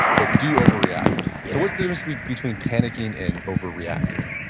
but do overreact. so what's the between panicking and overreacting?